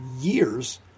years